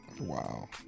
Wow